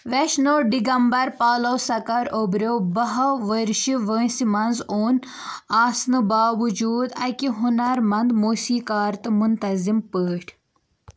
ویشنوٗ ڈگمبر پالوسکر اوبرٮ۪و بَہَو ؤرشہِ وٲنٛسہِ منٛز اوٚن آسنہٕ باوجوٗد اکہِ ہُنر منٛد موسیٖقار تہٕ منتظم پٲٹھۍ